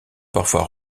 parfois